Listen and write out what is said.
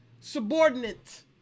subordinate